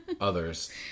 others